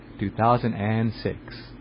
2006